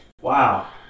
Wow